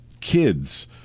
kids